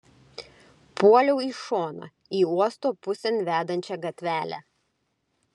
puoliau į šoną į uosto pusėn vedančią gatvelę